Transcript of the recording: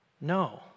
No